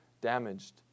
damaged